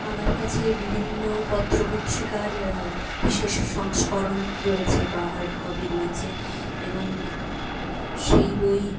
আমার কাছে বিভিন্ন পত্র পত্রিকার বিশেষ সংস্করণ রয়েছে বা হার্ড কপি রয়েছে এবং সেই বই